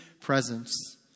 presence